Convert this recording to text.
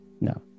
No